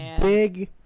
big